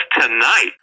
tonight